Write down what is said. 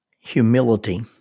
Humility